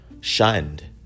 shunned